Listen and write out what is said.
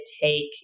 take